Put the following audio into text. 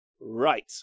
Right